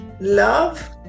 love